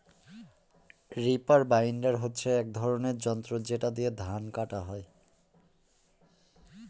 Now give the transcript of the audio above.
reaper binder হচ্ছে এক ধরনের যন্ত্র যেটা দিয়ে ধান কাটা হয়